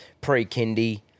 pre-kindy